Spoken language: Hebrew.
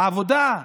העבודה,